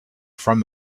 from